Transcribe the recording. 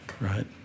right